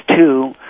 two